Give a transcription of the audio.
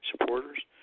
supporters